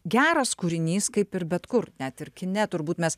geras kūrinys kaip ir bet kur net ir kine turbūt mes